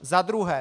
Za druhé.